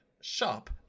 sharp